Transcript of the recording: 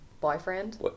Boyfriend